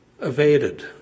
evaded